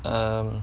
err